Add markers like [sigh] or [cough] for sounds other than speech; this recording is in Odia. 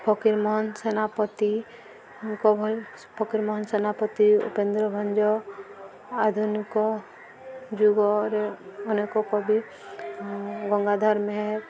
ଫକୀର ମୋହନ ସେନାପତି [unintelligible] ଫକୀର ମୋହନ ସେନାପତି ଉପେନ୍ଦ୍ର ଭଞ୍ଜ ଆଧୁନିକ ଯୁଗରେ ଅନେକ କବି ଗଙ୍ଗାଧର ମେହେର